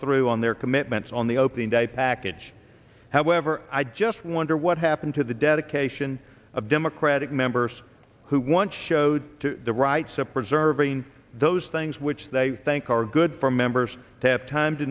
through on their commitments on the opening day package however i just wonder what happened to the dedication of democratic members who once showed the right support serving those things which they think are good for members to have time to